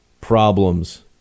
problems